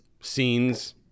scenes